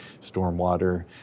stormwater